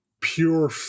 pure